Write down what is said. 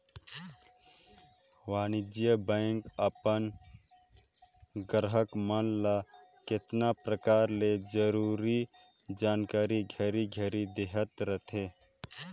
वाणिज्य बेंक अपन गराहक मन ल केतना परकार ले जरूरी जानकारी घरी घरी में देहत रथे